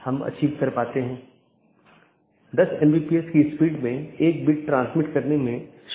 हम देखते हैं कि N1 R1 AS1 है यह चीजों की विशेष रीचाबिलिटी है